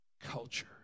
culture